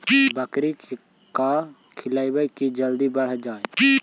बकरी के का खिलैबै कि जल्दी बढ़ जाए?